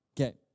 Okay